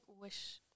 Wish